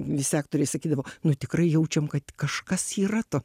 visi aktoriai sakydavo nu tikrai jaučiam kad kažkas yra to